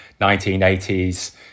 1980s